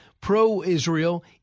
pro-Israel